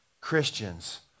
Christians